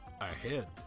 ahead